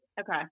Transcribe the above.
Okay